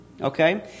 Okay